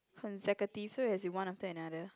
consecutive so it has to be one after another